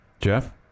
Jeff